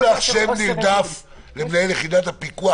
יש לך שם נרדף למנהל יחידת הפיקוח,